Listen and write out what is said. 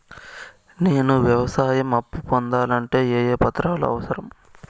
నేను వ్యవసాయం అప్పు పొందాలంటే ఏ ఏ పత్రాలు అవసరం?